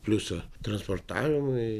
pliusą transportavimui